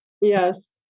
Yes